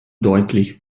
deutlich